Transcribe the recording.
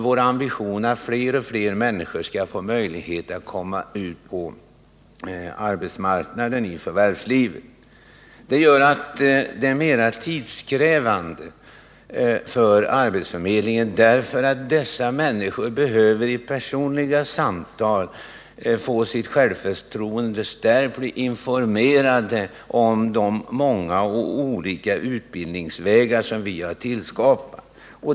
Våra ambitioner att fler och fler människor skall få komma ut i förvärvslivet gör arbetsförmedlingens verksamhet alltmer tidskrävande, eftersom de nytillkommande arbetssökande behöver få sitt självförtroende stärkt genom personliga samtal och även har behov av att bli informerade om de många olika utbildningsvägar som vi har tillskapat.